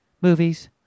movies